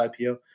IPO